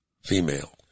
female